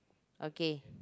okay